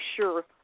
sure